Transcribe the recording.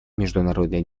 международный